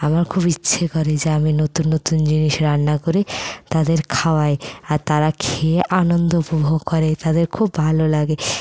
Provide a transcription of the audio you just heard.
আমার খুব ইচ্ছে করে যে আমি নতুন নতুন জিনিস রান্না করি তাদের খাওয়াই আর তারা খেয়ে আনন্দ উপভোগ করে তাদের খুব ভালো লাগে